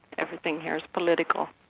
everything here is political.